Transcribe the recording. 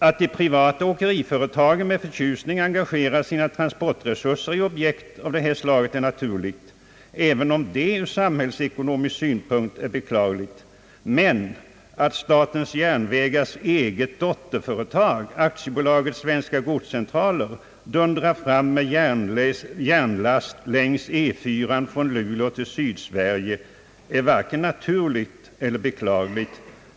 Att de privata åkeriföretagen med förtjusning engagerar sina transportresurser i objekt av det här slaget är naturligt även om det ur samhällsekonomisk synvinkel är beklagligt. Men att statens järnvägars eget dotterföretag, Aktiebolaget Svenska godscentraler dundrar fram med järnlast längs E 4:an från Luleå till Sydsverige är varken naturligt eller beklagligt.